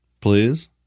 please